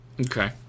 Okay